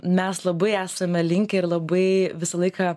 mes labai esame linkę ir labai visą laiką